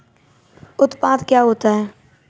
उत्पाद क्या होता है?